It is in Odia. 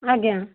ଆଜ୍ଞା